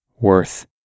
worth